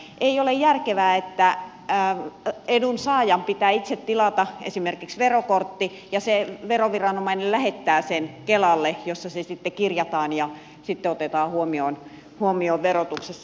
ei ole järkevää että edunsaajan pitää itse tilata esimerkiksi verokortti ja se veroviranomainen lähettää sen kelalle jossa se sitten kirjataan ja otetaan huomioon verotuksessa